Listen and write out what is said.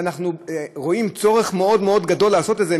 אנחנו רואים צורך מאוד מאוד גדול לעשות את זה,